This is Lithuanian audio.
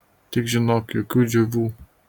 tik žinok jokių džiovų